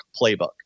playbook